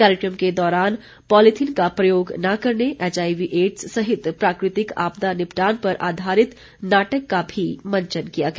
कार्यक्रम के दौरान पॉलिथीन का प्रयोग न करने एचआईवी एड्स सहित प्राकृतिक आपदा निपटान पर आधारित नाटक का भी मंचन किया गया